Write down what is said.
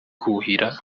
kuhira